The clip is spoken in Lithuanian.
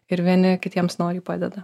ir vieni kitiems noriai padeda